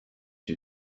you